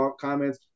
comments